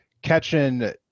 catching